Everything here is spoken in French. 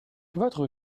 votre